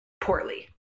poorly